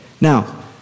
Now